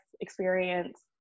experience